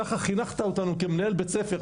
ככה חינכת אותנו כמנהל בית ספר,